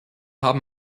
haben